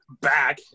back